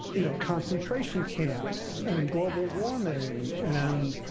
you know, concentration camps and global warming. and,